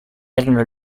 erano